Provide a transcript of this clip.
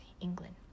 England